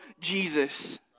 Jesus